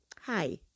Hi